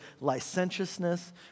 licentiousness